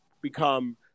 become